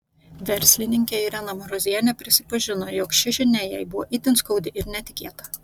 verslininkė irena marozienė prisipažino jog ši žinia jai buvo itin skaudi ir netikėta